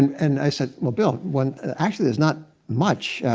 and i said, well, bill, when actually, there's not much.